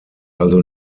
also